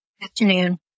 Afternoon